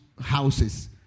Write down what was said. houses